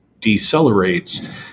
decelerates